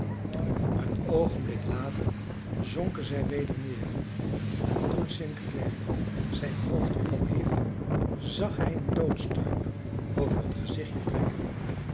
een oogenblik later zonken zij weder neer en toen st clare zijn hoofd ophief zag hij een doodsstuip over het gezichtje